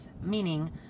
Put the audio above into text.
meaning